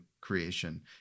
creation